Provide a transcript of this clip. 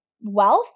wealth